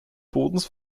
bodens